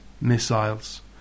Missiles